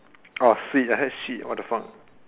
orh sweet I heard shit what the fuck